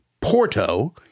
Porto